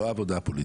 לא עבודה הפוליטית,